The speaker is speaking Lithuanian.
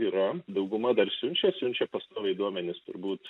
yra dauguma dar siunčia siunčia pastoviai duomenis turbūt